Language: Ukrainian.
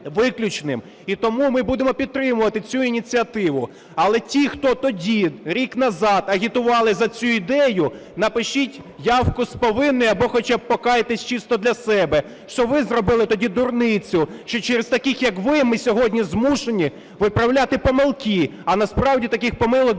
І тому ми будемо підтримувати цю ініціативу. Але ті, хто тоді, рік назад, агітували за цю ідею, напишіть явку з повинною або хоча б покайтесь чисто для себе, що ви зробили тоді дурницю, що через таких, як ви, ми сьогодні змушені виправляти помилки, а насправді таких помилок